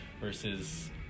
versus